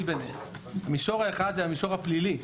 ביניהם: מישור אחד זה המישור הפלילי,